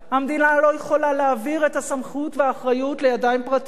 המדינה לא יכולה להעביר את הסמכות והאחריות לידיים פרטיות,